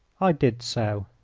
i did so.